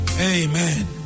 Amen